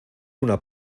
una